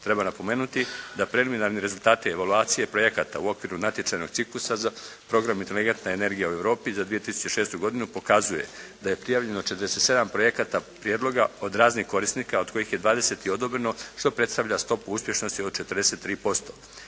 Treba napomenuti da preliminarni rezultati evaluacije projekata u okviru natječajnog ciklusa za program "Inteligentna energija u Europi" za 2006. godinu pokazuje da je prijavljeno 47 projekata prijedloga od raznih korisnika od kojih je dvadeset i odobreno što predstavlja stopu uspješnosti od 43%.